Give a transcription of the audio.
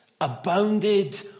abounded